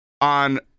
on